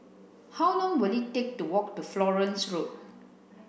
how long will it take to walk to Florence Road